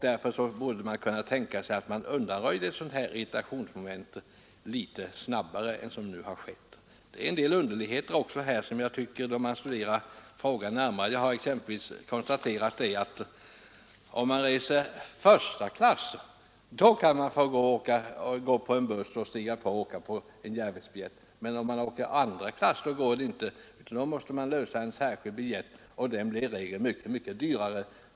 Därför borde man kunna tänka sig att regeringen litet snabbare undanröjde ett sådant här irritationsmoment. Den nuvarande ordningen leder till en del underligheter. Jag har exempelvis konstaterat att om man reser första klass kan man få åka buss på järnvägsbiljetten, men om man åker andra klass går inte det — då måste man lösa en särskild biljett till bussen, och den blir i regel mycket dyr.